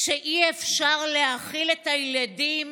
כשאי-אפשר להאכיל את הילדים,